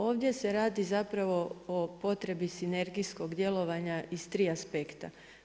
Ovdje se radi o zapravo o potrebi sinergijskog djelovanja iz tri aspekta.